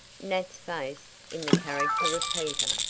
nat's face, in the character of peter,